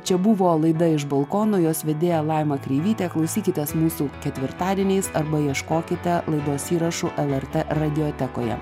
čia buvo laida iš balkono jos vedėja laima kreivytė klausykitės mūsų ketvirtadieniais arba ieškokite laidos įrašų el er t radijotekoje